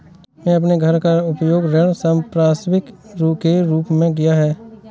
मैंने अपने घर का उपयोग ऋण संपार्श्विक के रूप में किया है